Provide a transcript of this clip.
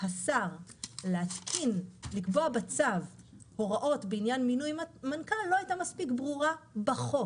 השר לקבוע בצו הוראות בעניין מינוי מנכ"ל לא היתה מספיק ברורה בחוק.